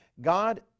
God